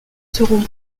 seront